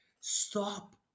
stop